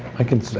i canspeak